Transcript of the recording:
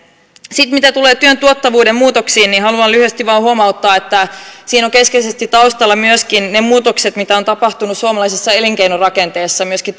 sitten mitä tulee työn tuottavuuden muutoksiin niin haluan lyhyesti vain huomauttaa että siinä ovat keskeisesti taustalla myöskin ne muutokset mitä on tapahtunut suomalaisessa elinkeinorakenteessa myöskin